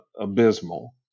abysmal